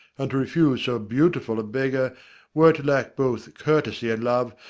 and to refuse so beautiful a beggar were to lack both courtesy and love,